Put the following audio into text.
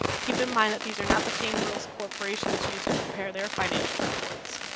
keep in mind that these are not the same rules corporations used to prepare their financial reports.